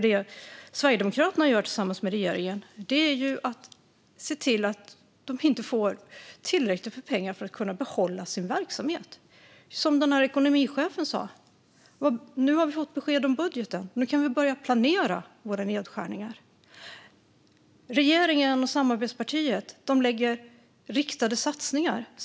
Det Sverigedemokraterna gör tillsammans med regeringen är i stället att se till att de inte får tillräckligt med pengar för att kunna bibehålla sin verksamhet. Som den där ekonomichefen sa: Nu har vi fått besked om budgeten, så nu kan vi börja planera våra nedskärningar. Regeringen och dess samarbetsparti gör riktade satsningar.